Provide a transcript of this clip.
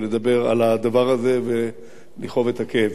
ולדבר על הדבר הזה ולכאוב את הכאב.